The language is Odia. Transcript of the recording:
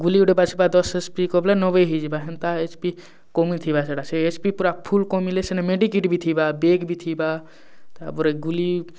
ଗୁଲି ଗୁଟେ ବାଜବା ଦଶ ଏଚ୍ ପି କବଲା ନବେ ହେଇଯିବା ହେନ୍ତା ଏଚ୍ ପି କମିଥିବା ସେଇଟା ସେ ଏଚ୍ ପି ପୁରା ଫୁଲ୍ କମିଲେ ସିନା ମେଡ଼ିକିଟ ବି ଥିବା ବ୍ୟାଗ୍ ବି ଥିବା ତା'ପରେ ଗୁଲି